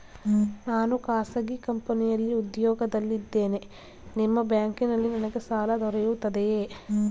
ನಾನು ಖಾಸಗಿ ಕಂಪನಿಯಲ್ಲಿ ಉದ್ಯೋಗದಲ್ಲಿ ಇದ್ದೇನೆ ನಿಮ್ಮ ಬ್ಯಾಂಕಿನಲ್ಲಿ ನನಗೆ ಸಾಲ ದೊರೆಯುತ್ತದೆಯೇ?